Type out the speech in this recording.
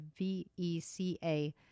VECA